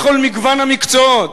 בכל מגוון המקצועות.